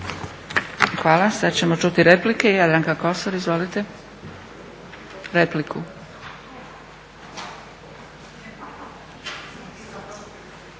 Hvala. Sad ćemo čuti replike, Jadranka Kosor. Izvolite. **Kosor,